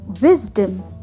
wisdom